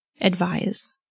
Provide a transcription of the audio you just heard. advise